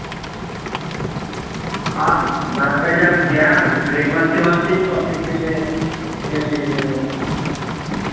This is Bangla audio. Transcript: আর রাস্তায় যা জ্যাম ব্রেক মারতেই মারতেই তো অর্ধেক তেলে তেল শেষ হয়ে যাচ্ছে